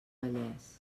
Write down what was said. vallès